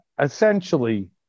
essentially